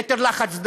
יתר לחץ דם,